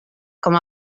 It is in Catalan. com